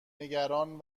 نگران